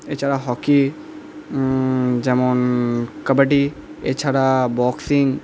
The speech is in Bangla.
এছাড়া হকি যেমন কাবাডি এছাড়া বক্সিং